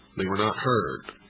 they were not heard.